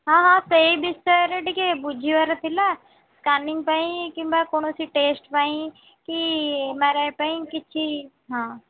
ହଁ ହଁ ସେ ବିଷୟରେ ଟିକିଏ ବୁଝିବାର ଥିଲା ସ୍କାନିଙ୍ଗ୍ ପାଇଁ କିମ୍ବା କୌଣସି ଟେଷ୍ଟ୍ ପାଇଁ କି ଏମାରାଏ ପାଇଁ କିଛି ହଁ